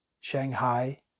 Shanghai